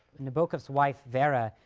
nabokov's wife, vera,